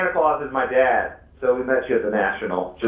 my dad so we met you at the national